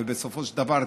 ובסופו של דבר,